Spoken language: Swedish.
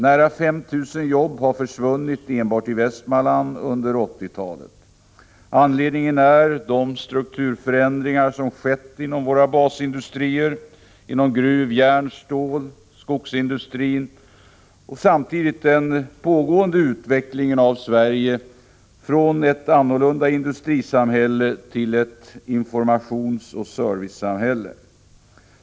Nära 5 000 jobb har försvunnit enbart i Västmanland under 1980-talet. Anledningen är de strukturförändringar som skett inom våra basindustrier — gruv-, järnoch stålsamt skogsindustrin — och den pågående utvecklingen av Sverige från ett industrisamhälle till ett informationsoch servicesamhälle.